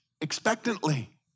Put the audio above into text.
expectantly